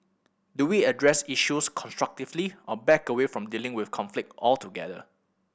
do we address issues constructively or back away from dealing with conflict altogether